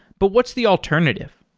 but what's the alternative?